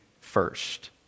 first